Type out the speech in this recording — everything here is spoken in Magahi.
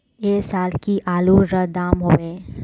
ऐ साल की आलूर र दाम होबे?